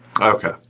Okay